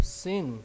sin